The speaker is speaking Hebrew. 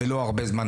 ולא הרבה זמן,